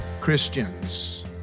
Christians